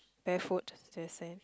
hair food is the same